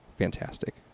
Fantastic